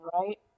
right